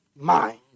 mind